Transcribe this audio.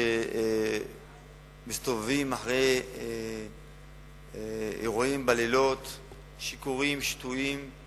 שמסתובבים אחרי אירועים בלילות שיכורים, שתויים.